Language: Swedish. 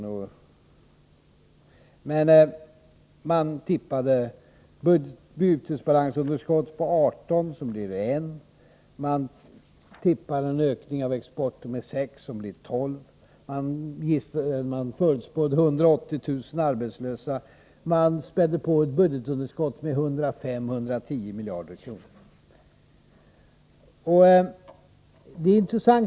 Jag vill dock säga att man tippade ett bytesbalansunderskott på 18 miljarder — det blir 1. Man tippade en ökning av exporten med 6 miljarder — det blev 12. Man förutspådde 180 000 arbetslösa. Man spädde på och räknade med ett budgetunderskott på 105-110 miljarder kronor. Det här är intressant.